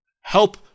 help